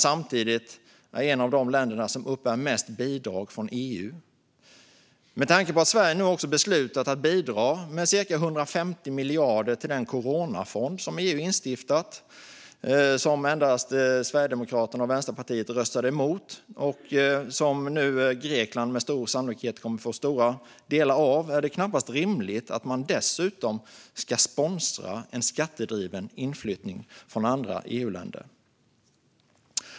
Samtidigt är det ett av de länder som uppbär mest bidrag från EU. Med tanke på att Sverige nu också beslutat att bidra med cirka 150 miljarder till den coronafond som EU instiftat, som endast Sverigedemokraterna och Vänsterpartiet röstade emot och som Grekland nu med stor sannolikhet kommer att få stora delar av, är det knappast rimligt att man dessutom ska sponsra en skattedriven inflyttning från andra EU-länder.